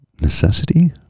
necessity